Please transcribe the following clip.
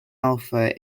alfa